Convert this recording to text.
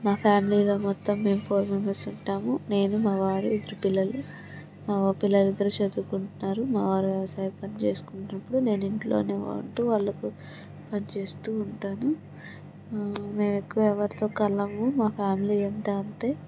మా ఫ్యామిలీలో మొత్తం మేము ఫోర్ మెంబర్స్ ఉంటాము నేను మా వారు ఇద్దరు పిల్లలు మా పిల్లలు ఇద్దరు చదువుకుంటున్నారు మా వారు వ్యవసాయం పనులు చేసుకుంటున్నప్పుడు నేను ఇంట్లోనే ఉంటూ వాళ్ళకు పని చేస్తూ ఉంటాను మేము ఎక్కువగా ఎవరితోని కలవు మా ఫ్యామిలీ అంతా అంతే